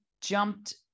jumped